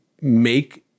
make